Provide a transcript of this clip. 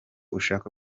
ushaka